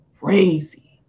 crazy